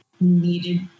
needed